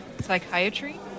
psychiatry